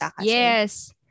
yes